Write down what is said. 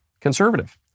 conservative